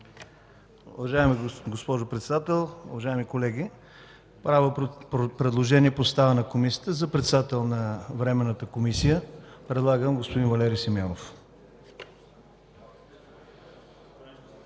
Уважаеми господин Председател, уважаеми колеги, правя предложение по състава на Комисията. За председател на Временната комисия предлагам господин Валери Симеонов.